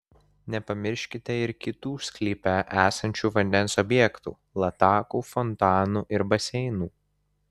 nepamirškite ir kitų sklype esančių vandens objektų latakų fontanų ir baseinų